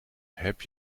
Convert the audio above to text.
heb